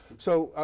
so,